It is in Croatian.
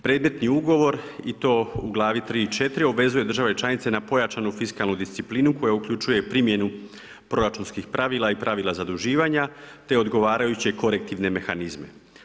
Predmetni ugovor i to u glavi 3 i 4 obvezuje države članice na pojačanu fiskalnu disciplinu koja uključuje primjenu proračunskih pravila i pravila zaduživanja te odgovarajuće korektivne mehanizme.